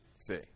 See